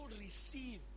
receive